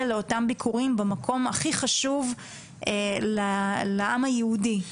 לאותם ביקורים במקום הכי חשוב לעם היהודי?